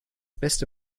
beste